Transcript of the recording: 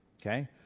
okay